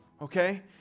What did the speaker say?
Okay